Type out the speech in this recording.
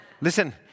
listen